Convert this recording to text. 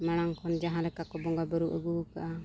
ᱢᱟᱲᱟᱝ ᱠᱷᱚᱱ ᱡᱟᱦᱟᱸ ᱞᱮᱠᱟ ᱠᱚ ᱵᱚᱸᱜᱟ ᱵᱳᱨᱳ ᱟᱹᱜᱩ ᱠᱟᱜᱼᱟ